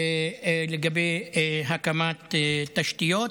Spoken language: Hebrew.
להקמת תשתיות.